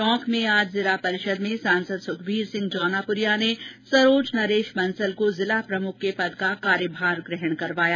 टोंक में आज जिला परिषद में सांसद सुखबीर सिंह जौनपुरिया ने सरोज नरेश बंसल को जिला प्रमुख के पद का कार्यभार ग्रहण करवाया